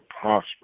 prosper